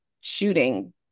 shooting